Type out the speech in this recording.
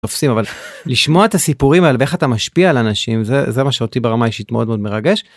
תופסים אבל לשמוע את הסיפורים על איך אתה משפיע על אנשים זה זה מה שאותי ברמה אישית מאוד מאוד מרגש.